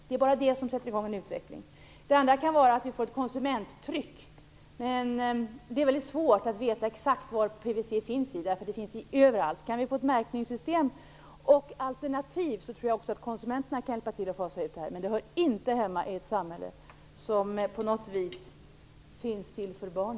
Det är bara det som sätter i gång en utveckling. Ett annat alternativ kan vara att få till stånd ett konsumenttryck, men det är svårt att veta exakt i vilka produkter PVC finns. Det finns nästan överallt. Kan vi få ett märkningssystem och alternativ, tror jag att också konsumenterna kan hjälpa till med att fasa ut det här, som inte hör hemma i sammanhang där det finns barn.